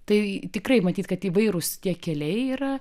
tai tikrai matyt kad įvairūs tie keliai yra